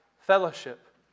fellowship